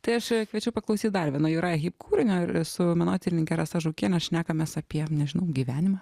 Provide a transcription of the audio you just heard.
tai aš kviečiu paklausyt dar vieno jurai hip kūrinio su menotyrininke rasa žukiene šnekamės apie nežinau gyvenimą